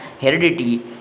heredity